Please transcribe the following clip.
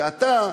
שאתה,